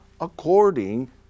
according